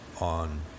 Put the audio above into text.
on